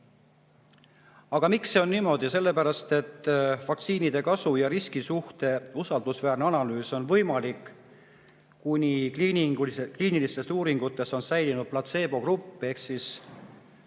Miks see niimoodi on? Sellepärast et vaktsiinide kasu ja riski suhte usaldusväärne analüüs on võimalik, kuni kliinilistes uuringutes on säilinud platseebogrupp ehk grupp,